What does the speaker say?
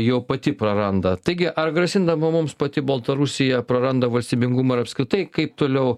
jau pati praranda taigi ar grasindama mums pati baltarusija praranda valstybingumą ir apskritai kaip toliau